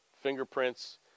fingerprints